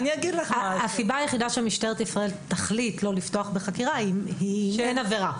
הסיבה היחידה שמשטרת ישראל תחליט לא לפתוח בחקירה היא אם אין עבירה.